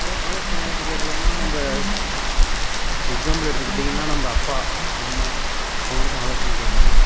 ஆலோசனை யார்கிட்ட கேட்கலான்னா நம்ம எக்ஸாம்பிள் எடுத்துக்கிட்டிங்கனால் நம்ம அப்பா அம்மா அவங்கக்கிட்ட ஆலோசனை கேட்கலாம்